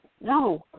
no